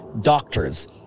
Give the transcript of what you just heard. Doctors